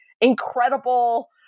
incredible